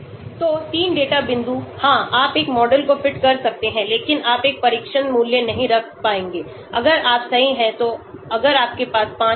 तो 3 डेटा बिंदु हां आप एक मॉडल को फिट कर सकते हैं लेकिन आप एक परीक्षण मूल्य नहीं रख पाएंगे अगर आप सही हैं तो अगर आपके पास 5 6